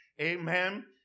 Amen